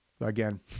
Again